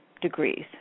degrees